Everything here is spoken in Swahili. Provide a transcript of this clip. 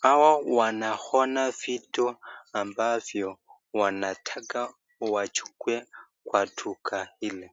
hawa wanaona vitu ambavyo wanataka wachukue Kwa duka hili.